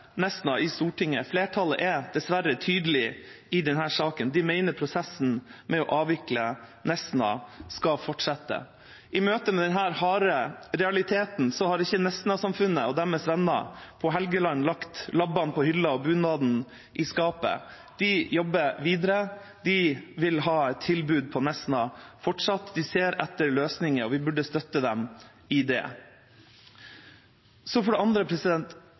i Stortinget. Flertallet er dessverre tydelig i denne saken: De mener prosessen med å avvikle Nesna skal fortsette. I møte med denne harde realiteten har ikke Nesna-samfunnet og deres venner på Helgeland lagt lobbene på hylla og bunaden i skapet. De jobber videre – de vil ha et tilbud på Nesna fortsatt, de ser etter løsninger, og vi burde støtte dem i det. For det andre